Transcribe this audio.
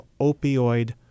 opioid